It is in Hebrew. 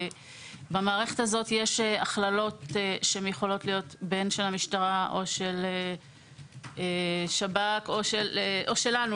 במערכת הזאת יש הכללות שיכולות להיות בין של המשטרה או של שב"כ או שלנו.